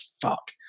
fuck